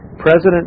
President